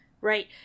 right